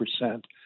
percent